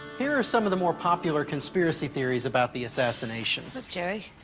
here are some of the more popular conspiracy theories about the assassination. look, jerry.